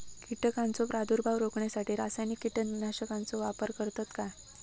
कीटकांचो प्रादुर्भाव रोखण्यासाठी रासायनिक कीटकनाशकाचो वापर करतत काय?